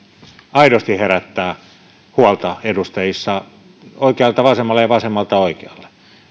aidosti herättää huolta edustajissa oikealta vasemmalle ja vasemmalta oikealle